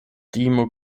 demo